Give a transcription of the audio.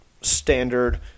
standard